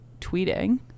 tweeting